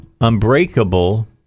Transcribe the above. Unbreakable